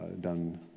done